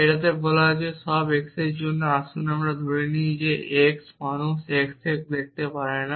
এটা বলা হচ্ছে সব x এর জন্য আসুন আমরা ধরে নিই যে x মানুষ x x দেখতে পারে না